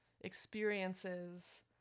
experiences